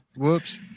Whoops